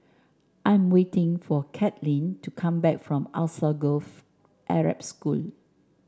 I am waiting for Cathleen to come back from Alsagoff Arab School